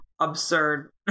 absurd